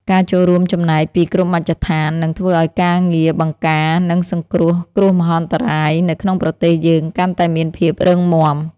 ការចូលរួមចំណែកពីគ្រប់មជ្ឈដ្ឋាននឹងធ្វើឱ្យការងារបង្ការ និងសង្គ្រោះគ្រោះមហន្តរាយនៅក្នុងប្រទេសយើងកាន់តែមានភាពរឹងមាំ។